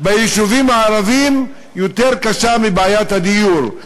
ביישובים הערביים בעיה אקוטית יותר קשה מבעיית הדיור.